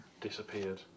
Disappeared